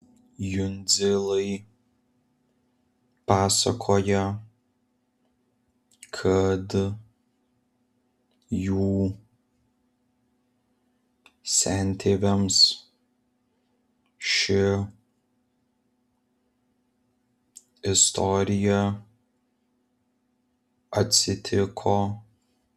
jundzilai pasakoja kad jų sentėviams ši istorija atsitiko